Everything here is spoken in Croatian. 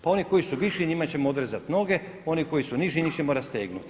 Pa oni koji su viši njima ćemo odrezati noge, oni koji su niži njih ćemo rastegnuti.